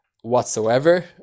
whatsoever